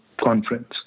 conference